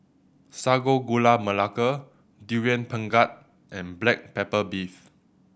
Sago Gula Melaka Durian Pengat and black pepper beef